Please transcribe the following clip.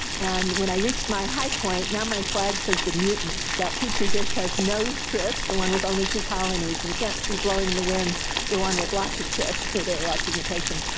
and when i reached my high point, now my flag says the mutants. that petri dish has no tris, the one with only two colonies, and you can't see blowing in the wind the one with lots of tris where there are lots of mutations.